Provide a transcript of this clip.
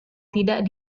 tidak